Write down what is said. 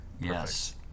Yes